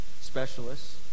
specialists